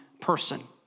person